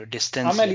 Distance